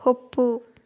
ಒಪ್ಪು